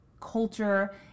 culture